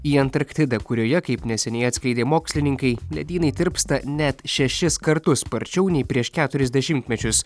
į antarktidą kurioje kaip neseniai atskleidė mokslininkai ledynai tirpsta net šešis kartus sparčiau nei prieš keturis dešimtmečius